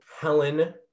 Helen